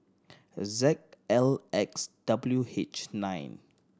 Z L X W H nine